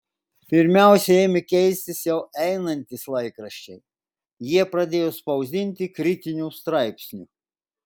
pirmiausia ėmė keistis jau einantys laikraščiai jie pradėjo spausdinti kritinių straipsnių